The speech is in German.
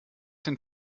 den